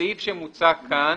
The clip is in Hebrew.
הסעיף שמוצע כאן,